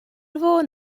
fôn